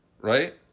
right